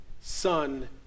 Son